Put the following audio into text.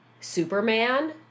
Superman